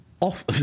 off